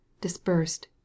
dispersed